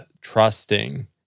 trusting